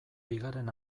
bigarren